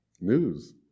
news